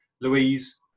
Louise